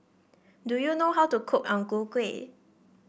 do you know how to cook Ang Ku Kueh